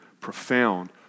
profound